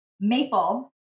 maple